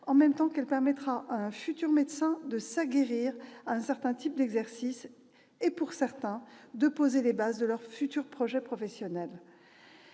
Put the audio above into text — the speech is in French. en même temps qu'elle permettra à de futurs médecins de s'aguerrir à un certain type d'exercices et, pour certains, de poser les bases de leur projet professionnel.